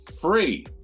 free